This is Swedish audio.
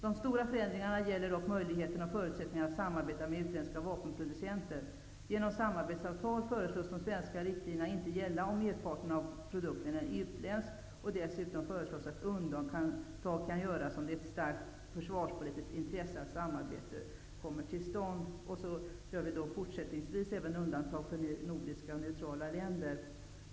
De stora förändringarna gäller dock möjligheterna och förutsättningarna att samarbeta med utländska vapenproducenter. Genom samarbetsavtal föreslås de svenska riktlinjerna inte gälla om merparten av produkten är utländsk. Dessutom föreslås att undantag kan göras om ''det är ett starkt försvarspolitiskt intresse att visst samarbete kommer till stånd''. Fortsättningsvis gör vi undantag även för nordiska och neutrala länder.